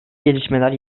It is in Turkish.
gelişmeler